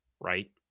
Right